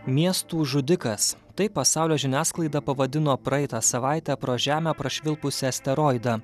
miestų žudikas taip pasaulio žiniasklaida pavadino praeitą savaitę pro žemę prašvilpusį asteroidą